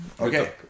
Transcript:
okay